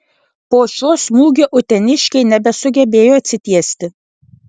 po šio smūgio uteniškiai nebesugebėjo atsitiesti